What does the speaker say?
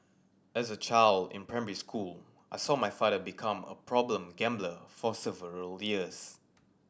as a child in primary school I saw my father become a problem gambler for several years